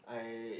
I